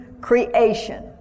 creation